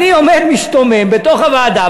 ואני עומד משתומם בתוך הוועדה,